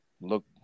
look